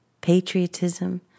patriotism